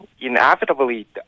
inevitably